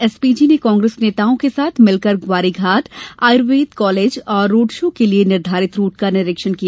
SPG ने कांग्रेस नेताओं के साथ मिलकर ग्वारीघाट आयुर्वेद कॉलेज और रोड शो के लिए निर्धारित रूट का निरीक्षण किया